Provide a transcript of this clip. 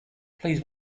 please